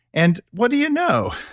and what do you know,